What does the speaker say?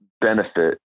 benefit